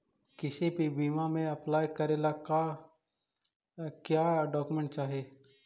किसी भी बीमा में अप्लाई करे ला का क्या डॉक्यूमेंट चाही?